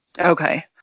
Okay